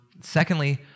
Secondly